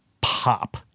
pop